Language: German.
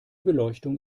beleuchtung